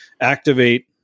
activate